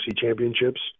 championships